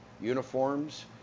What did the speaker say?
uniforms